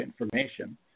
information